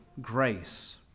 grace